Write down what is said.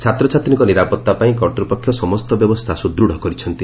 ଛାତ୍ରଛାତ୍ରୀଙ୍କ ନିରାପତ୍ତା ପାଇଁ କର୍ତ୍ତୃପକ୍ଷ ସମସ୍ତ ବ୍ୟବସ୍ଥା ସୁଦୃଢ଼ କରିଛନ୍ତି